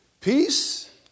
Peace